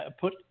put